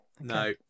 no